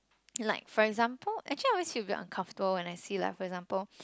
like for example actually I always feel very uncomfortable when I see like for example